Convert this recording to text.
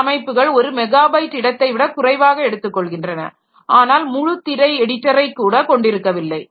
சில அமைப்புகள் ஒரு மெகாபைட் இடத்தை விட குறைவாக எடுத்துக்கொள்கின்றன ஆனால் முழுத்திரை எடிட்டரைக் கூட கொண்டிருக்கவில்லை